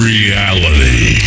Reality